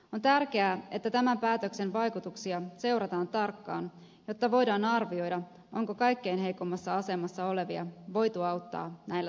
on tärkeää että tämän päätöksen vaikutuksia seurataan tarkkaan jotta voidaan arvioida onko kaikkein heikoimmassa asemassa olevia voitu auttaa näillä toimenpiteillä